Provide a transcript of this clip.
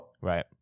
Right